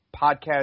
podcast